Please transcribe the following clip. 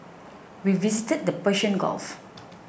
we visited the Persian Gulf